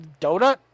donut